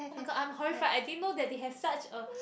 oh-my-god I'm horrified I didn't know that they have such a